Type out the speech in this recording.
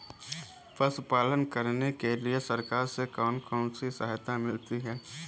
पशु पालन करने के लिए सरकार से कौन कौन सी सहायता मिलती है